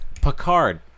Picard